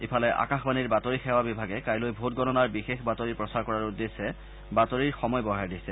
ইফালে আকাশবাণীৰ বাতৰি সেৱা বিভাগে কাইলৈ ভোটগণনাৰ বিশেষ বাতৰিৰ প্ৰচাৰ কৰাৰ উদ্দেশ্যে বাতৰি সময় বঢ়াই দিছে